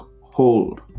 hold